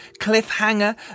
Cliffhanger